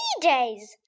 days